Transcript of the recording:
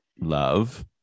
Love